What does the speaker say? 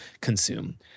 consume